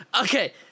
okay